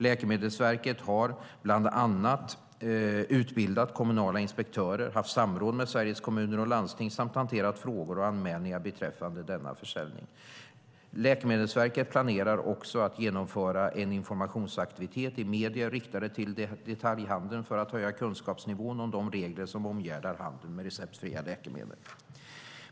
Läkemedelsverket har bland annat utbildat kommunala inspektörer, haft samråd med Sveriges Kommuner och Landsting samt hanterat frågor och anmälningar beträffande denna försäljning. Läkemedelsverket planerar också att genomföra en informationsaktivitet i medier riktade till detaljhandeln för att höja kunskapsnivån om de regler som omgärdar handeln med receptfria läkemedel.